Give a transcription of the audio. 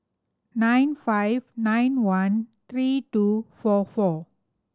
nine five nine one three two four four